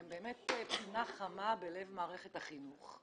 הם באמת פינה חמה בלב מערכת החינוך.